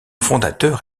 fondateur